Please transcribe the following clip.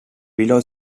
willow